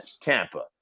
Tampa